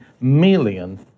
million